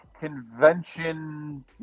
convention